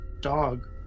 dog